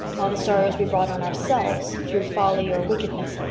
while the sorrows we brought on ourselves, through folly or wickedness,